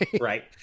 Right